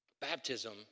Baptism